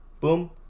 boom